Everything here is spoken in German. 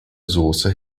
sauce